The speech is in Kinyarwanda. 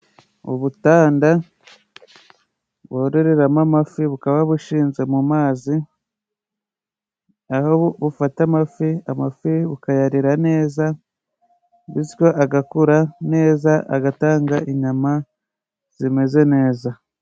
Ubutanda bororeramo amafi bukaba bushinze mu mazi. Aho bufata amafi, amafi bukayarera neza bityo agakura neza agatanga inyama zimeze neza.